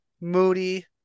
Moody